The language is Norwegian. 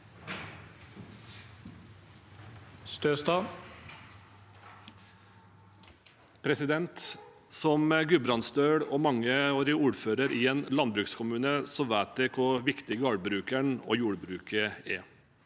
Som gudbrandsdøl og mangeårig ordfører i en landbrukskommune vet jeg hvor viktig gårdbrukeren og jordbruket er.